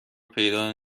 پیدا